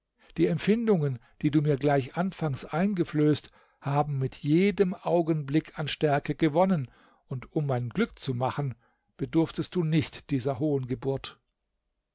die empfindungen die du mir gleich anfangs eingeflößt haben mit jedem augenblick an stärke gewonnen und um mein glück zu machen bedurftest du nicht dieser hohen geburt